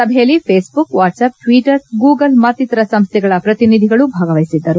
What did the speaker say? ಸಭೆಯಲ್ಲಿ Facebook WhatsApp Twitter Google ಮತ್ತಿತರ ಸಂಸ್ಥೆಗಳ ಪ್ರತಿನಿಧಿಗಳು ಭಾಗವಹಿಸಿದ್ದರು